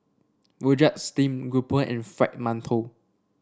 rojak Steamed Grouper and Fried Mantou